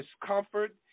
discomfort